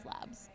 labs